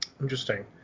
Interesting